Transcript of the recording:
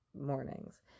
mornings